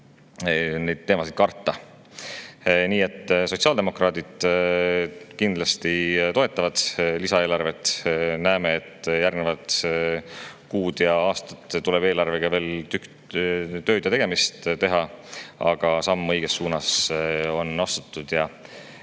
teemasid karta. Nii et sotsiaaldemokraadid kindlasti toetavad lisaeelarvet. Näeme, et järgnevad kuud ja aastad tuleb eelarvega veel tükk tööd teha. Aga samm õiges suunas on astutud ja